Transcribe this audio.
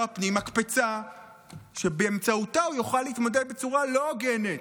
הפנים מקפצה שבאמצעותה הוא יוכל להתמודד בצורה לא הוגנת,